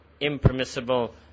impermissible